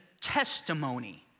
testimony